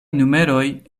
numeroj